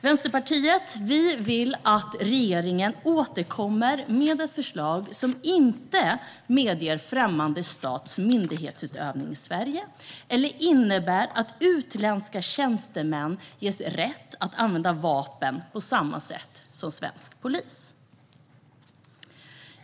Vänsterpartiet vill att regeringen återkommer med ett förslag som inte medger främmande stats myndighetsutövning i Sverige eller innebär att utländska tjänstemän ges rätt att använda vapen på samma sätt som svensk polis.